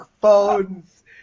phones